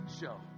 show